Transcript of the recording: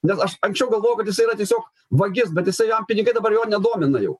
nes aš anksčiau galvojau kad jisai yra tiesiog vagis bet jisai jam pinigai dabar jo nedomina jau